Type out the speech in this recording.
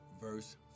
verse